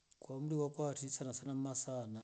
Kwa umri wakwatu ti sanasana mmsana